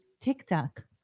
TikTok